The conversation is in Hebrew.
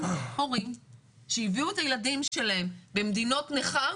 הורים שהביאו את הילדים שלהם במדינות ניכר,